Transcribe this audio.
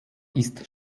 ist